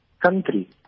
country